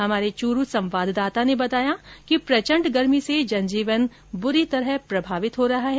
हमारे संवाददाता ने बताया कि प्रचण्ड गर्मी से जनजीवन बुरी तरह प्रभावित हो रहा है